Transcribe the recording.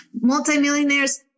multimillionaires